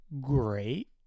great